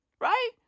Right